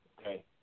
okay